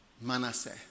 Manasseh